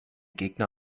gegner